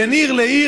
בין עיר לעיר.